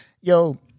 yo